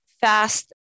fast